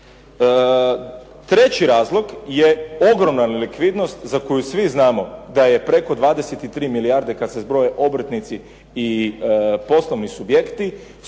Treći razlog je ogromna nelikvidnost za koju svi znamo da je preko 23 milijarde kada se zbroje obrtnici i poslovni subjekti,